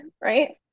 right